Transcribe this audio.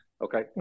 Okay